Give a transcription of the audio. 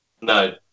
No